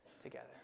together